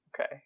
Okay